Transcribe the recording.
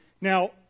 Now